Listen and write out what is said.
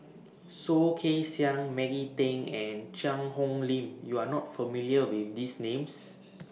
Soh Kay Siang Maggie Teng and Cheang Hong Lim YOU Are not familiar with These Names